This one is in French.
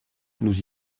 nous